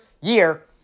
year